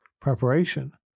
preparation